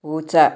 പൂച്ച